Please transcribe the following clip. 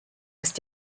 ist